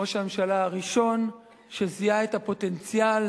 ראש הממשלה, הראשון שזיהה את הפוטנציאל